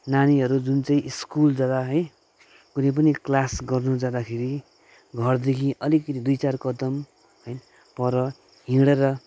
नानीहरू जुन चाहिँ स्कुल जाँदा है कुनै पनि क्लास गर्नु जाँदाखेरि घरदेखि अलिकति दुई चार कदम है पर हिँडेर